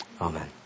Amen